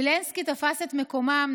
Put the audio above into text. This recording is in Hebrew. וילנסקי תפס את מקומם,